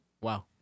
Wow